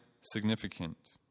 significant